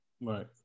Right